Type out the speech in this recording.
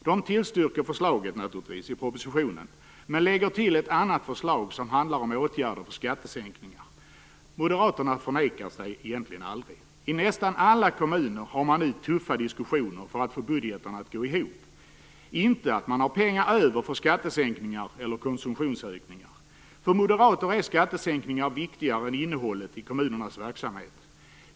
De tillstyrker naturligtvis förslaget i propositionen, men lägger till ett annat förslag som handlar om åtgärder för skattesänkningar. Moderaterna förnekar sig egentligen aldrig. I nästan alla kommuner har man nu tuffa diskussioner för att få budgetarna att gå ihop, inte om att man har pengar över för skattesänkningar eller konsumtionsökningar. För moderater är skattesänkningar viktigare än innehållet i kommunernas verksamhet.